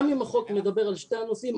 גם אם החוק מדבר על שני הנושאים,